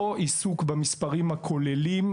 או עיסוק במספרים הכוללים,